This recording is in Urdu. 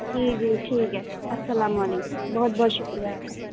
جی جی ٹھیک ہے السلام علیکم بہت بہت شکریہ آپ کا